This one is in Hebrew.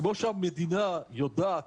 כמו שהמדינה יודעת